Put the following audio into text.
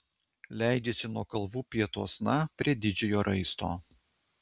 leidžiasi nuo kalvų pietuosna prie didžiojo raisto